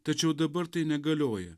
tačiau dabar tai negalioja